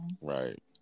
right